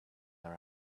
our